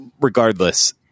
regardless